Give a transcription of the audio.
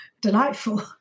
delightful